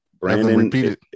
Brandon